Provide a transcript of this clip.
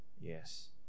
Yes